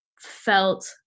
felt